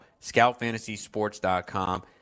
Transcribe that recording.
scoutfantasysports.com